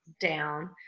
down